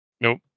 Nope